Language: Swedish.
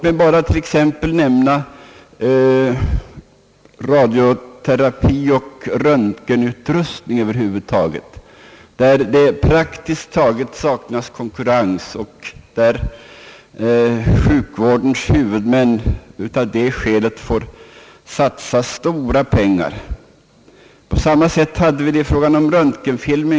Jag kan som exempel nämna radiumterapioch röntgenutrustning. På dessa områden saknas praktiskt taget konkurrens, och av det skälet får sjukvårdens huvudmän satsa stora pengar. På samma sätt var det i fråga om röntgenfilm.